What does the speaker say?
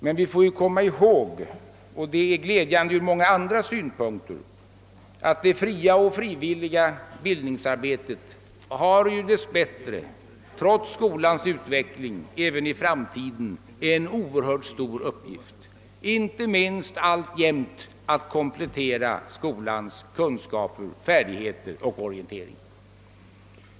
Men vi får komma ihåg — och det är glädjande ur många andra synpunkter — att det fria och frivilliga bildningsarbetet dess bättre trots skolans utveckling även i framtiden har en oerhört stor uppgift, inte minst alltjämt att komplettera skolans kunskaper, färdigheter och orientering.